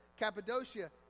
Cappadocia